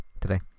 today